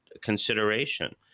consideration